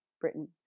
Britain